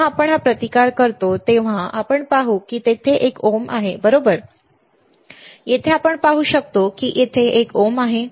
जेव्हा आपण हा प्रतिकार करतो तेव्हा आपण पाहू की तेथे एक ओम आहे बरोबर येथे आपण पाहू शकतो की तेथे एक ओम आहे